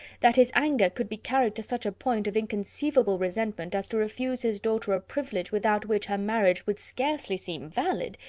that his anger could be carried to such a point of inconceivable resentment as to refuse his daughter a privilege without which her marriage would scarcely seem valid,